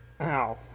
Ow